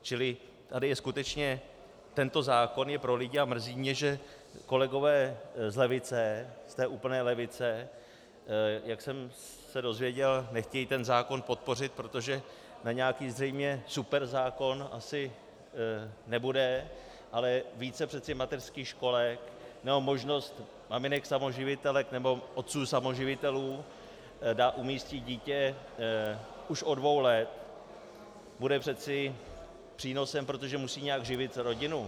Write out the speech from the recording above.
Čili tady je skutečně, tento zákon je pro lidi a mrzí mě, že kolegové z levice, z té úplné levice, jak jsem se dozvěděl, nechtějí ten zákon podpořit, protože na nějaký zřejmě superzákon asi nebude, ale více přece mateřských školek nebo možnost maminek samoživitelek nebo otců samoživitelů umístit dítě už od dvou let bude přece přínosem, protože musí nějak živit rodinu.